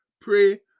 pray